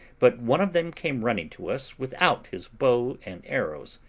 but one of them came running to us without his bow and arrows,